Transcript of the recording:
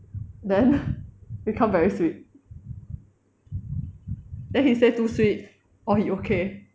then become very sweet then he say too sweet or he okay